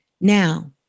Now